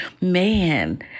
man